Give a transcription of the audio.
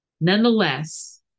Nonetheless